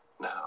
now